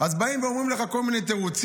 אז באים ואומרים לך כל מיני תירוצים,